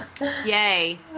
Yay